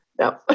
no